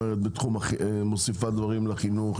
מוסיפה דברים לחינוך,